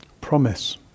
promise